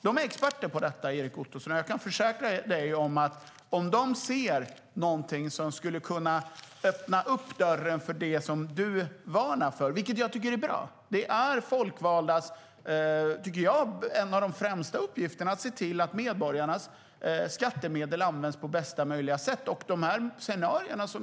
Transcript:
De är experter på detta, och jag kan försäkra dig om, Erik Ottoson, att de kommer att se om något öppnar dörren för det som du varnar för. Det är bra. En av de främsta uppgifterna för oss folkvalda är att se till att medborgarnas skattemedel används på bästa möjliga sätt.